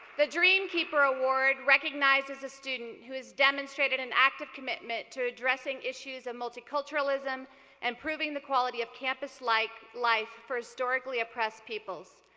the dreamkeeper award recognizes a student who has demonstrated an active commitment to addressing issues of multiculturalism and improving the quality of campus like wife for historically oppressed people.